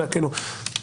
(ב1)